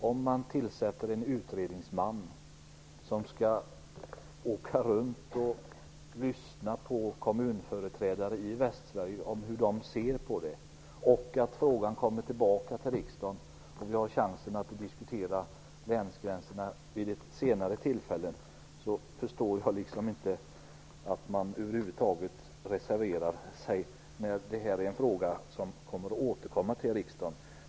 Om det tillsätts en utredningsman som skall åka runt och lyssna på hur kommunföreträdare i Västsverige ser på det här, och om frågan sedan kommer tillbaka till riksdagen så att vi har chansen att diskutera länsgränserna vid ett senare tillfälle, förstår jag över huvud taget inte att man reserverar sig. Det här är ju en fråga som kommer att återkomma till riksdagen.